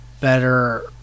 better